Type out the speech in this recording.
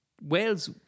Wales